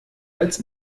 als